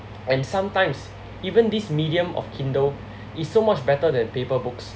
and sometimes even this medium of kindle is so much better than paper books